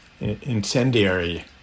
incendiary